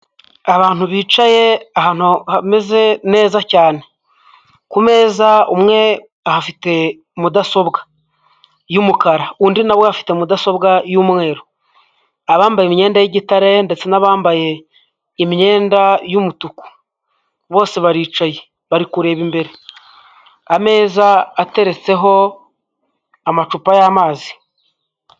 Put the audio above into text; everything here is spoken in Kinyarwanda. Abantu bicaye ahantu hameze neza cyane, ku meza umwe ahafite mudasobwa y'umukara, undi na afite mudasobwa y'umweru abambaye imyenda y'igitare ndetse n'abambaye imyenda y'umutuku bose baricaye bari kureba imbere, ameza ateretseho amacupa y'amazi.